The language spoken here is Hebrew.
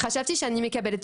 חגי ופרופ' יציב.